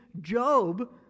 Job